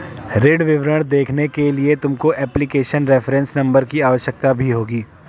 ऋण विवरण देखने के लिए तुमको एप्लीकेशन रेफरेंस नंबर की आवश्यकता भी होगी